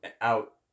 out